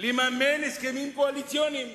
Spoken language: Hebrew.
לממן הסכמים קואליציוניים.